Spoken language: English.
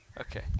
Okay